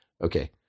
Okay